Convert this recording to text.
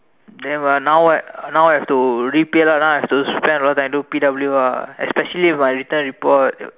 then what now what now have to repay lah now I have to spend a lot of time do P_W lah especially with my written report